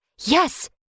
yes